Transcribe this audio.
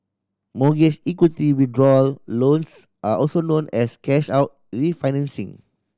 mortgage equity withdrawal loans are also known as cash out refinancing